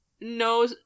No